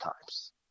times